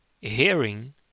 hearing